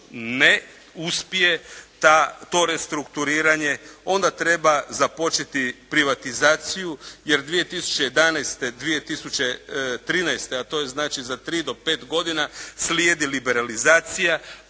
ne uspije to restrukturiranje onda treba započeti privatizaciju jer 2011., 2013. a to je znači za 3 do 5 godina slijedi liberalizacija,